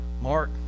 Mark